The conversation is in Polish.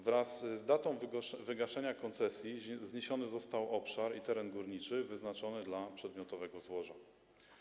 Wraz z datą wygaszenia koncesji zniesiony został obszar i teren górniczy wyznaczony dla przedmiotowego złoża.